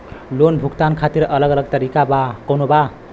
Loan भुगतान खातिर अलग अलग तरीका कौन बा?